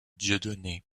dieudonné